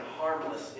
harmless